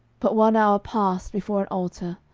but one hour passed before an altar,